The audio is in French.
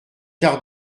quart